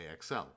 AXL